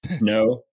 No